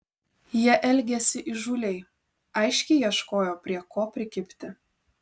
jie elgėsi įžūliai aiškiai ieškojo prie ko prikibti